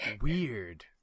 weird